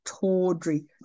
tawdry